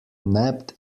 nabbed